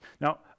Now